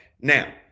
Now